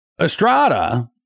Estrada